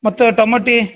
ಮತ್ತು ಟಮಾಟಿ